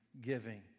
giving